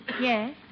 Yes